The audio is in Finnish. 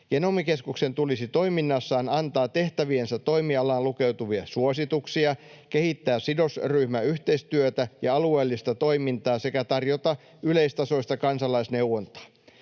Genomikeskuksen tulisi toiminnassaan antaa tehtäviensä toimialaan lukeutuvia suosituksia, kehittää sidosryhmäyhteistyötä ja alueellista toimintaa sekä tarjota yleistasoista kansalaisneuvontaa.